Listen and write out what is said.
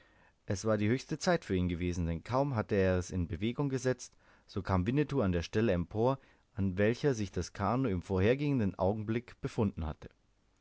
es war die höchste zeit für ihn gewesen denn kaum hatte er es in bewegung gesetzt so kam winnetou an der stelle empor an welcher sich das kanoe im vorhergehenden augenblicke befunden hatte